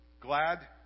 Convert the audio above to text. glad